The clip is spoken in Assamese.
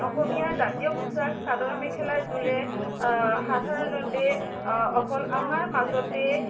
অসমীয়া জাতীয় পোচাক চাদৰ মেখেলাযোৰে সাধাৰণতে অকল আমাৰ মাজতেই